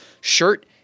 shirt